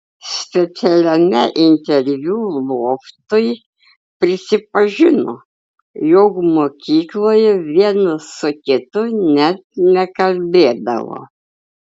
specialiame interviu loftui prisipažino jog mokykloje vienas su kitu net nekalbėdavo